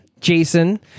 Jason